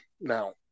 Now